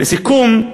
לסיכום,